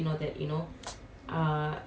ya sia